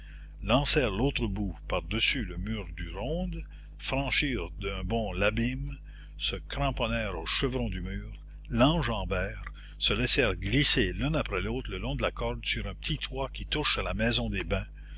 lancèrent l'autre bout par-dessus le mur de ronde franchirent d'un bond l'abîme se cramponnèrent au chevron du mur l'enjambèrent se laissèrent glisser l'un après l'autre le long de la corde sur un petit toit qui touche à la maison des bains